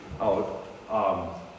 out